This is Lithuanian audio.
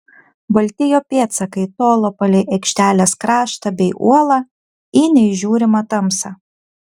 balti jo pėdsakai tolo palei aikštelės kraštą bei uolą į neįžiūrimą tamsą